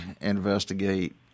investigate